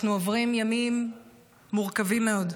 אנחנו עוברים ימים מורכבים מאוד.